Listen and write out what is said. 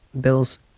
Bills